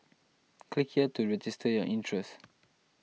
click here to register your interest